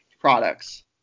products